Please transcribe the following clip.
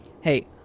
Hey